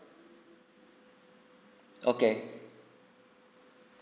okay